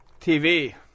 TV